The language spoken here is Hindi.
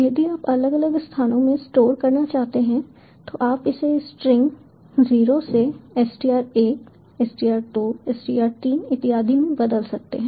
यदि आप अलग अलग स्थानों में स्टोर करना चाहते हैं तो आप इसे स्ट्रिंग 0 से str1 str2 str3 इत्यादि से बदल सकते हैं